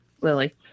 Lily